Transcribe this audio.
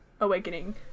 awakening